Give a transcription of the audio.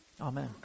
amen